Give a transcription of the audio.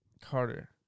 Carter